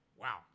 Wow